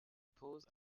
pose